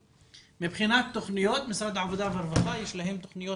מבחינת משרד העבודה והרווחה, אכן יש להם תוכניות